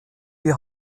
die